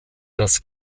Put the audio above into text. das